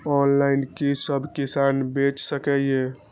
Online कि सब किसान बैच सके ये?